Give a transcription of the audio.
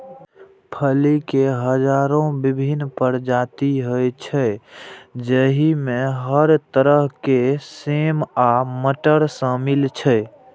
फली के हजारो विभिन्न प्रजाति होइ छै, जइमे हर तरह के सेम आ मटर शामिल छै